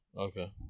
Okay